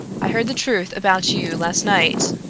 i heard the truth about you last night.